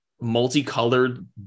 multicolored